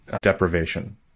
deprivation